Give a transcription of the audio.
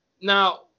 now